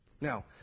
Now